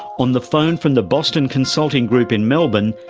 on the phone from the boston consulting group in melbourne,